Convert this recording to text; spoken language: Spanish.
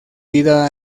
vida